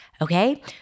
Okay